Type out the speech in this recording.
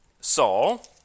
Saul